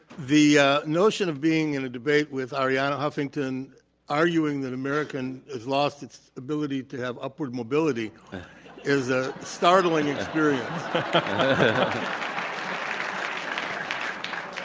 the ah notion of being in a debate with arianna huffington arguing that america and has lost its ability to have upward mobility is a startling experience. um